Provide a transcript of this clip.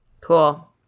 Cool